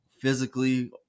physically